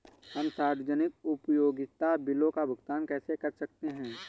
हम सार्वजनिक उपयोगिता बिलों का भुगतान कैसे कर सकते हैं?